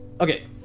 okay